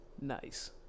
nice